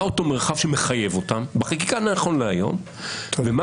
מה אותו מרחב שמחייב אותם בחקיקה נכון להיום ומה